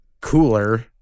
cooler